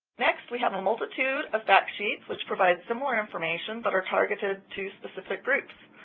next, we have a multitude of fact sheets which provide similar information but are targeted to specific groups.